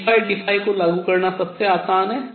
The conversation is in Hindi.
pdϕ को लागू करना सबसे आसान है